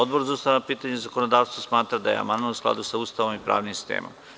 Odbor za ustavna pitanja i zakonodavstvo smatra da je amandman u skladu sa Ustavom i pravnim sistemom.